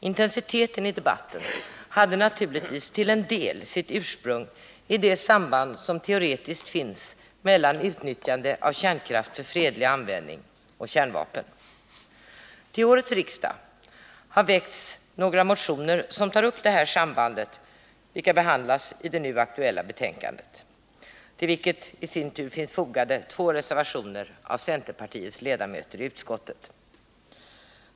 Intensiteten i debatten hade naturligtvis till en del sitt ursprung i det samband som teoretiskt finns mellan utnyttjande av kärnkraft för fredlig användning och kärnvapen. Till årets riksmöte har väckts några motioner som tar upp detta samband, och de behandlas i det nu aktuella betänkandet nr 22. Till detta finns fogade två reservationer av centerpartiets ledamöter i utskottet.